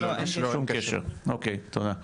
שום קשר תודה.